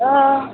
अ